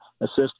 assist